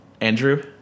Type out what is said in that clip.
Andrew